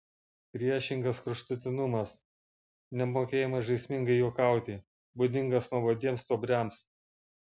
priešingas kraštutinumas nemokėjimas žaismingai juokauti būdingas nuobodiems stuobriams